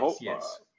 Yes